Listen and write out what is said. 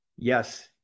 Yes